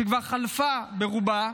שכבר חלפה ברובה,